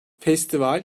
festival